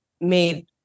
made